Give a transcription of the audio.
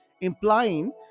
implying